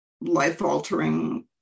life-altering